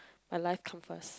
my life come first